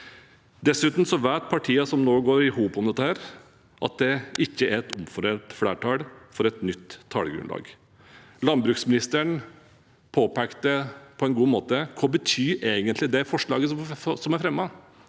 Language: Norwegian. Dessuten vet partiene som nå går sammen om dette, at det ikke er et omforent flertall for et nytt tallgrunnlag. Landbruksministeren påpekte det på en god måte: Hva betyr egentlig det forslaget som er fremmet?